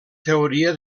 teoria